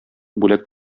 бүләк